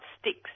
sticks